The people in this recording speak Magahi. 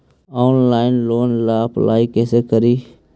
ऑनलाइन लोन ला अप्लाई कैसे करी?